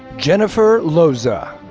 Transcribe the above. jennifer loza.